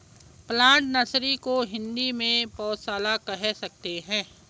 plant nursery को हिंदी में पौधशाला कह सकते हैं